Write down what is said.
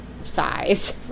size